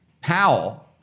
Powell